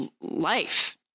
life